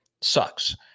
Sucks